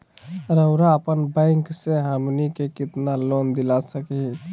रउरा अपन बैंक से हमनी के कितना लोन दिला सकही?